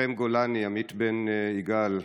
לוחם גולני עמית בן יגאל,